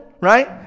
right